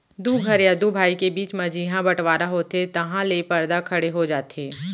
दू घर या दू भाई के बीच म जिहॉं बँटवारा होथे तहॉं ले परदा खड़े हो जाथे